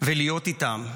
ולהיות איתם.